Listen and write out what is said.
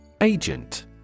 Agent